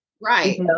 right